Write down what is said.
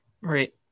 Right